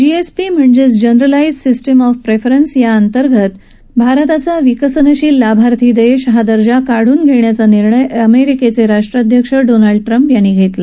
GSP म्हणजेच generalised system of preference या अंतर्गत भारताचा विकसनशील लाभार्थी देश हा दर्जा काढून घेण्याचा निर्णय अमेरिकेचे राष्ट्राध्यक्ष डोनाल्ड ट्रम्प यांनी घेतला